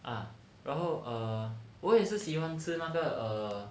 啊然后 err 我也是喜欢吃那个 err